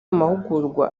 mahugurwa